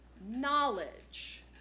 Knowledge